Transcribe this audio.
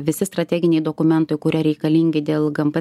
visi strateginiai dokumentai kurie reikalingi dėl gmp